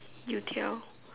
you-tiao